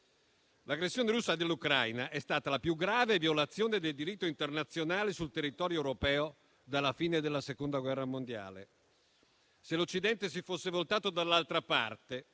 L'aggressione russa dell'Ucraina è stata la più grave violazione del diritto internazionale sul territorio europeo dalla fine della Seconda guerra mondiale. Se l'Occidente si fosse voltato dall'altra parte